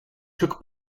took